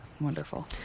Wonderful